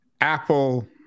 Apple